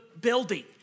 building